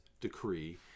decree